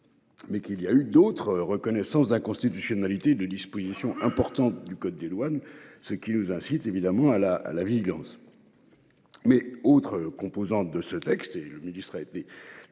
Mais qu'il y a eu d'autres reconnaissance d'inconstitutionnalité de dispositions importantes du code des douanes. Ce qui nous incite évidemment à la à la vigilance. Mais autre composante de ce texte et le ministre a été